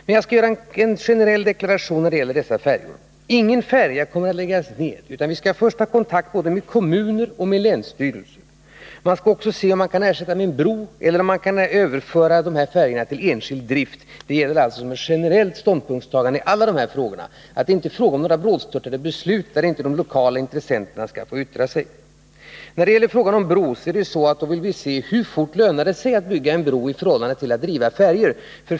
Men jag skall göra en generell deklaration när det gäller dessa färjor. Ingen färja kommer att läggas ned nu, utan vi skall först ta kontakt med kommuner och länsstyrelser, och vi skall också se efter om man kan ersätta färjorna med broar eller överföra färjorna till enskild drift. Det gäller alltså som ett generellt ståndpunktstagande att det inte är fråga om några brådstörtade beslut, där inte de lokala intressenterna skall få yttra sig. När det gäller att ta ställning till frågan om bron vill vi undersöka hur fort detlönar sig att bygga en bro i förhållande till att driva färjor.